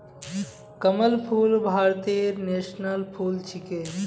कमल फूल भारतेर नेशनल फुल छिके